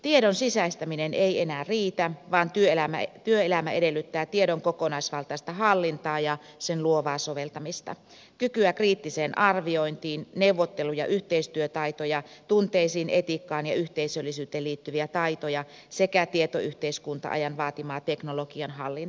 tiedon sisäistäminen ei enää riitä vaan työelämä edellyttää tiedon kokonaisvaltaista hallintaa ja sen luovaa soveltamista kykyä kriittiseen arviointiin neuvottelu ja yhteistyötaitoja tunteisiin etiikkaan ja yhteisöllisyyteen liittyviä taitoja sekä tietoyhteiskunta ajan vaatimaa teknologian hallintaa